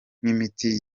n’imiti